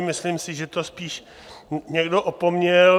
Myslím si, že to spíš někdo opomněl.